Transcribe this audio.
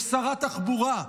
יש שרת תחבורה,